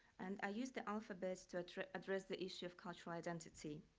and i used the alphabets to address address the issue of cultural identity.